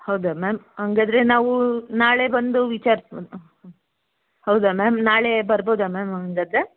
ಹೌದಾ ಮ್ಯಾಮ್ ಹಂಗಾದ್ರೆ ನಾವು ನಾಳೆ ಬಂದು ವಿಚಾರ್ಸಿ ಹ್ಞೂ ಹೌದಾ ಮ್ಯಾಮ್ ನಾಳೆ ಬರ್ಬೋದಾ ಮ್ಯಾಮ್ ಹಂಗಾದ್ರೆ